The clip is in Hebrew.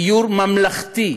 הוא לא יוכל לגייר אלא גיור ממלכתי.